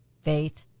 faith